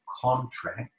contract